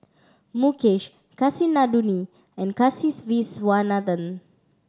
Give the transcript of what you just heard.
Mukesh Kasinadhuni and Kasiviswanathan